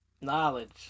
Knowledge